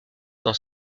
dans